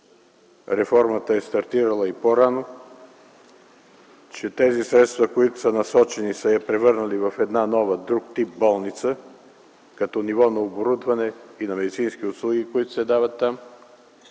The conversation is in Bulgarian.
реформата е стартирала и по-рано, че тези средства, които са насочени, са я превърнали в нова, друг тип болница като ниво на оборудване и на медицински услуги, които се дават там